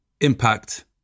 impact